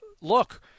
look